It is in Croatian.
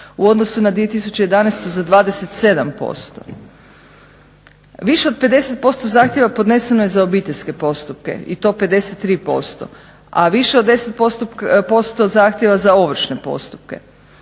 u odnosu na 2011. za 27%. Više od 50% zahtjeva podneseno je za obiteljske postupke i to 53%, a više od 10% zahtjeva za ovršne postupke.